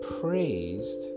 praised